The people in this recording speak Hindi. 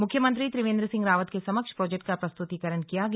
मुख्यमंत्री त्रिवेन्द्र सिंह रावत के समक्ष प्रोजेक्ट का प्रस्तुतिकरण किया गया